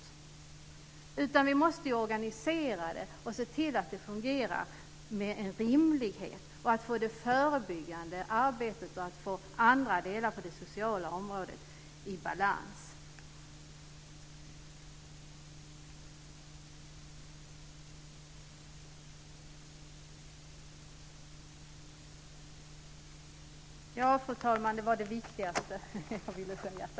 I stället måste vi organisera polisen så att den fungerar på ett rimligt sätt, arbeta förebyggande och det sociala området i balans. Ja, fru talman, det var det viktigaste jag ville säga.